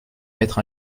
mettre